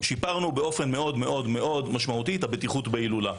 שיפרנו באופן משמעותי מאוד את הבטיחות בהילולה.